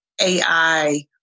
AI